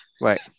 Right